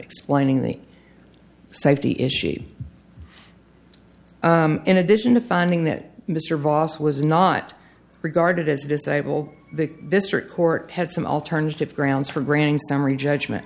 explaining the safety issue in addition to finding that mr vos was not regarded as disable the district court had some alternative grounds for granting summary judgment